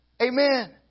Amen